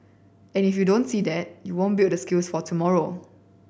and if you don't see that you won't build the skills for tomorrow